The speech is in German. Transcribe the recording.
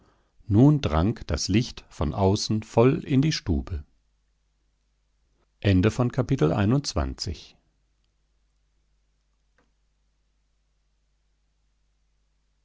nun drang das licht von außen voll in die stube